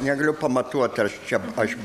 negaliu pamatuot ar čia aš